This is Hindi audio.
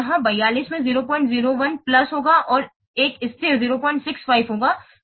तो यह 42 में 001 प्लस होगा और एक स्थिर 065 होगा जैसे यह 107 है